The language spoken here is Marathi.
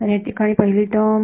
तर या ठिकाणी पहिली टर्म